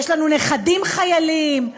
יש לנו נכדים חיילים,